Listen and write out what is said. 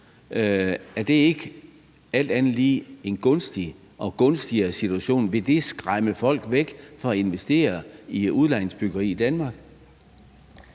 Er det ikke alt andet lige en gunstig og gunstigere situation? Vil det skræmme folk væk fra at investere i udlejningsbyggeri i Danmark?